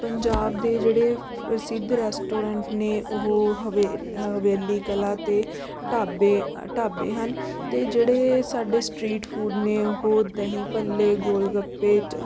ਪੰਜਾਬ ਦੇ ਜਿਹੜੇ ਪ੍ਰਸਿੱਧ ਰੈਸਟੋਰੈਂਟ ਨੇ ਉਹ ਹਵੇਲ ਹਵੇਲੀ ਕਲਾਂ ਅਤੇ ਢਾਬੇ ਢਾਬੇ ਹਨ ਅਤੇ ਜਿਹੜੇ ਸਾਡੇ ਸਟ੍ਰੀਟ ਫ਼ੂਡ ਨੇ ਉਹ ਦਹੀਂ ਭੱਲੇ ਗੋਲਗੱਪੇ 'ਚ